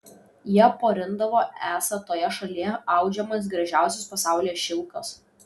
jie porindavo esą toje šalyje audžiamas gražiausias pasaulyje šilkas